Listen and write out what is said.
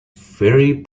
very